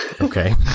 Okay